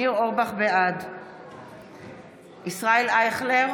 אינו נוכח ניר אורבך, בעד ישראל אייכלר,